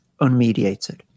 unmediated